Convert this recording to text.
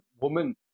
woman